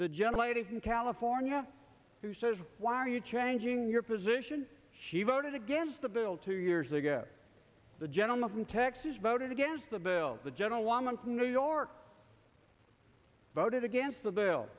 the gentle lady from california who says why are you changing your position she voted against the bill two years ago the gentleman from texas voted against the bill the gentlewoman from new york voted against the bill